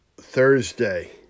Thursday